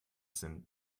sind